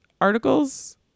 articles